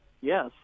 Yes